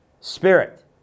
spirit